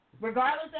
regardless